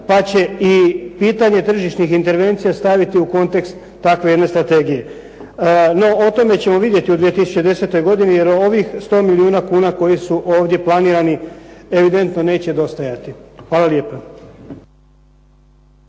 pa će i pitanje tržišnih intervencija staviti u kontekst takve jedne strategije. No, o tome ćemo vidjeti u 2010. godini jer ovih 100 milijuna kuna koji su ovdje planirani evidentno neće dostajati. Hvala lijepa.